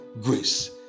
grace